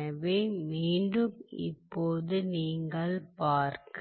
எனவே மீண்டும் இப்போது நீங்கள் பார்க்க